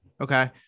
Okay